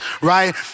right